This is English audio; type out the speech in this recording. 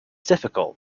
difficult